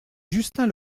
justin